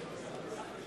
אלקין,